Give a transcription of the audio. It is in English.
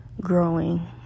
growing